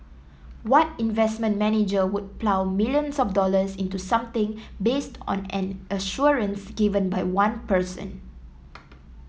what investment manager would plough millions of dollars into something based on an assurance given by one person